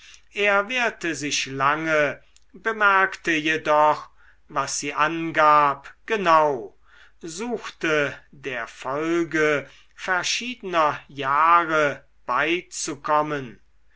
er wehrte sich lange bemerkte jedoch was sie angab genau suchte der folge verschiedener jahre beizukommen